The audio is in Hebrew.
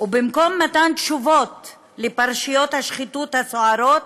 ובמקום מתן תשובות לפרשיות השחיתות הסוערות,